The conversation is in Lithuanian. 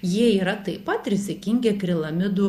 jie yra taip pat rizikingi akrilamidų